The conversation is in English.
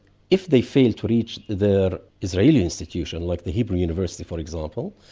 if they fail to reach the israeli institution, like the hebrew university for example,